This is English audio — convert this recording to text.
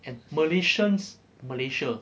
and malaysian's malaysia